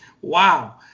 Wow